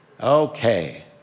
Okay